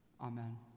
Amen